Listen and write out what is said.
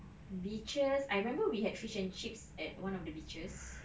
beaches I remember we had fish and chips at one of the beaches